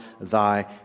thy